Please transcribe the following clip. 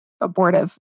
abortive